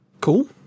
Cool